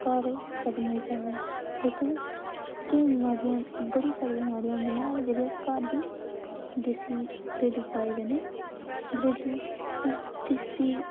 घर खत्म होई सकदा ऐ लेकिन केईं बमारियां बड़ी सारियां बमारयां होंदियां ओह् जेह्ड़ियां अस घर बी देसी देसी पुआ कन्नै देसी देसी